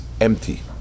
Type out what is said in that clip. empty